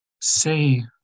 say